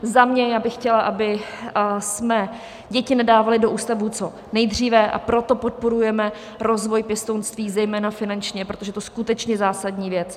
Za mě, já bych chtěla, abychom děti nedávali do ústavů co nejdříve, a proto podporujeme rozvoj pěstounství zejména finančně, protože to je skutečně zásadní věc.